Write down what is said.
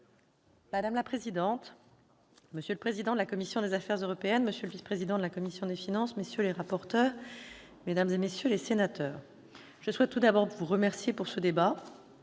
Madame la présidente, monsieur le président de la commission des affaires européennes, monsieur le vice-président de la commission des finances, monsieur le rapporteur spécial, mesdames, messieurs les sénateurs, je souhaite tout d'abord vous remercier pour ce débat